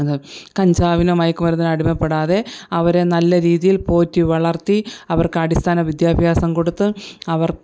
ഇത് കഞ്ചാവിനൊ മയക്കുമരുന്നിനൊ അടിമപ്പെടാതെ അവരെ നല്ലരീതിയിൽ പോറ്റി വളർത്തി അവർക്കടിസ്ഥാന വിദ്യാഭ്യാസം കൊടുത്ത് അവർ